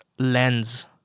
Lens